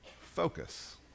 Focus